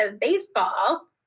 baseball